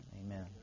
Amen